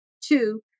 two